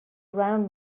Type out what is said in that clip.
around